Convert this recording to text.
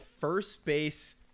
first-base